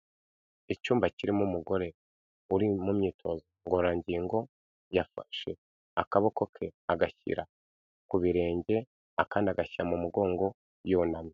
Icyumba kirimo umugore uri mu myitozo ngorora ngingo, yafashe akaboko ke agashyira ku birenge, akandi agashya mu mugongo yunamye.